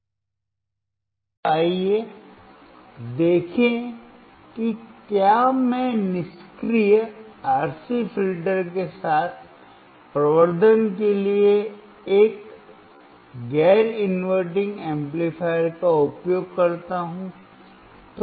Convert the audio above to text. अब आइए देखें कि क्या मैं निष्क्रिय आरसी फिल्टर के साथ प्रवर्धन के लिए एक गैर इनवर्टिंग एम्पलीफायर का उपयोग करता हूं